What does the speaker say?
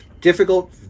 difficult